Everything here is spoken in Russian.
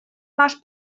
наш